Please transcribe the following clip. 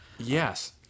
Yes